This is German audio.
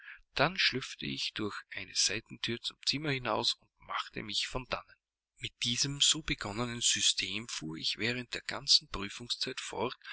dann schlüpfte ich durch eine seitenthür zum zimmer hinaus und machte mich von dannen mit diesem so begonnenen system fuhr ich während der ganzen prüfungszeit fort